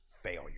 failure